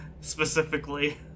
Specifically